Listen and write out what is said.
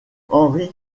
henry